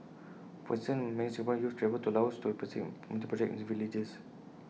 for instance many Singaporean youths travel to Laos to participate in community projects in its villages